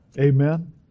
Amen